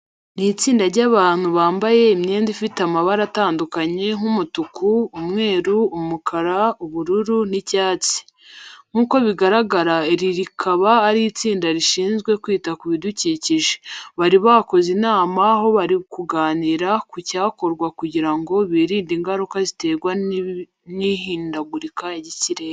Ni itsinda ry'abantu bambaye imyenda ifite amabara atandukanye nk'umutuku, umweru, umukara, ubururu n'icyatsi. Nkuko bigaragara iri rikaba ari itsinda rishizwe kwita ku bidukikije. Bari bakoze inama aho bari kuganira ku cyakorwa kugira ngo birindi ingaruka ziterwa n'ihindagurika ry'ikirere.